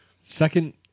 Second